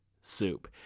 soup